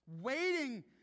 Waiting